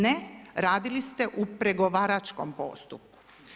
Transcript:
Ne, radili ste u pregovaračkom postupku.